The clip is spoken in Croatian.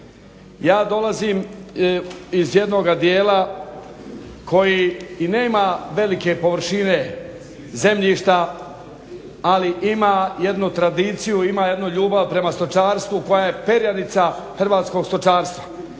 Ja dolazim iz jednoga dijela koji i nema velike površine zemljišta ali ima jednu tradiciju, ima jednu ljubav prema stočarstvu koja je perjanica hrvatskog stočarstva